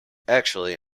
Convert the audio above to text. actually